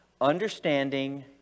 understanding